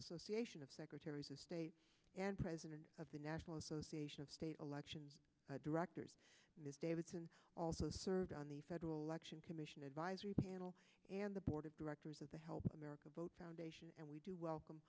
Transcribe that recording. association of secretaries of state and president of the national association of state election directors davidson also serves on the federal election commission advisory panel and the board of directors of the help america vote foundation and we do welcome